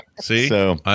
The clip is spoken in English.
See